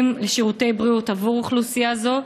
לשירותי בריאות בעבור אוכלוסייה זו?